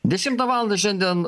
dešimtą valandą šiandien